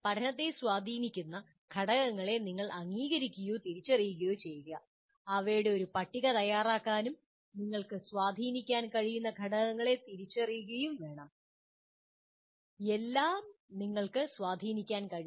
പഠനത്തെ സ്വാധീനിക്കുന്ന ഘടകങ്ങളെ നിങ്ങൾ അംഗീകരിക്കുകയോ തിരിച്ചറിയുകയോ ചെയ്യുക അവയുടെ ഒരു പട്ടിക തയ്യാറാക്കുകയും നിങ്ങൾക്ക് സ്വാധീനിക്കാൻ കഴിയുന്ന ഘടകങ്ങളെ തിരിച്ചറിയുകയും വേണം എല്ലാം നിങ്ങൾക്ക് സ്വാധീനിക്കാൻ കഴിയില്ല